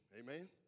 Amen